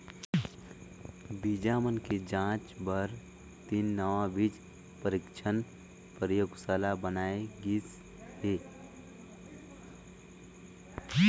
बीजा मन के जांच बर तीन नवा बीज परीक्छन परयोगसाला बनाए गिस हे